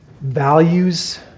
values